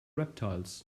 reptiles